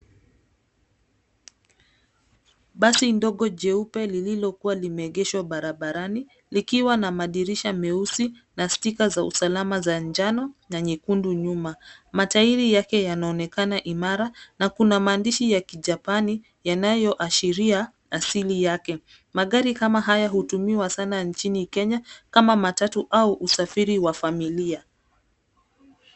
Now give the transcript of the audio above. Basi ndogo jeupe lililokuwa limeegeshwa barabarani, likiwa na madirisha meusi na sticker za usalama za njano na nyekundu nyuma. Matairi yake yanaonekana imara na kuna maandishi ya Kijapani yanayoashiria asili yake. Magari kama haya hutumiwa sana nchini Kenya kama matatu au usafiri wa familia.